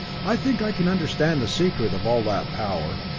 i think i can understand the secret of all that power,